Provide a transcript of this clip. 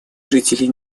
жители